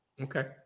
Okay